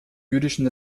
jüdischen